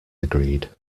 agreed